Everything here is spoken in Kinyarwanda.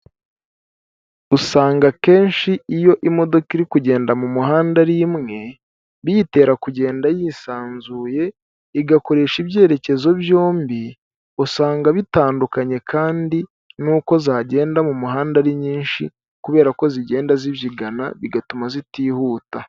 Usanga akenshi iyo imodoka iri kugenda mu muhanda ari imwe, biyitera kugenda yisanzuye igakoresha ibyerekezo byombi, usanga bitandukanye kandi n'uko zagenda mu muhanda ari nyinshi, kubera ko zigenda zibyigana bigatuma zitihuta.